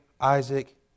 Isaac